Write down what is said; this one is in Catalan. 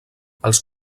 els